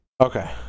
Okay